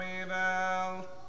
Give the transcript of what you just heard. evil